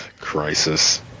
Crisis